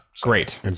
Great